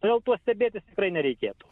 todėl tuo stebėtis tikrai nereikėtų